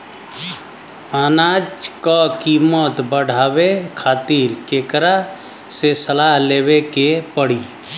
अनाज क कीमत बढ़ावे खातिर केकरा से सलाह लेवे के पड़ी?